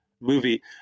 movie